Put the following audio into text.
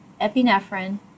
epinephrine